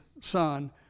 Son